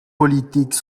politique